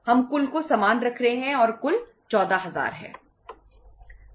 हम कुल को समान रख रहे हैं और कुल 14000 है